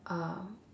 um